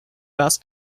asked